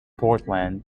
portland